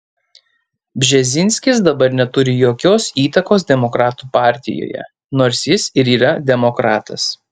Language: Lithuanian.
bžezinskis dabar neturi jokios įtakos demokratų partijoje nors jis ir yra demokratas